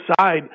side